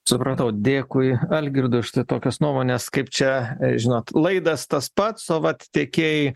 supratau dėkui algirdo štai tokios nuomonės kaip čia žinot laidas tas pats o vat tekėjai